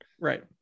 Right